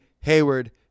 Hayward